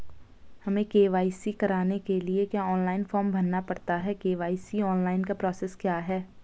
हमें के.वाई.सी कराने के लिए क्या ऑनलाइन फॉर्म भरना पड़ता है के.वाई.सी ऑनलाइन का प्रोसेस क्या है?